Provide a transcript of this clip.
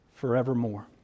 forevermore